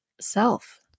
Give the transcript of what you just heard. self